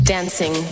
Dancing